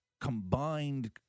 combined